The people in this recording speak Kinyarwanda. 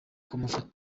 kumufasha